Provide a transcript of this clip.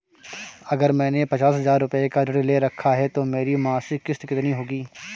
अगर मैंने पचास हज़ार रूपये का ऋण ले रखा है तो मेरी मासिक किश्त कितनी होगी?